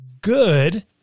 good